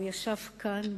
הוא ישב כאן,